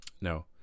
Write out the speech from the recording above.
No